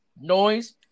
noise